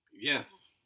Yes